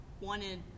wanted